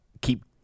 keep